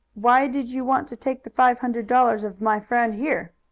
why did you want to take the five hundred dollars of my friend here?